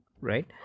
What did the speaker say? right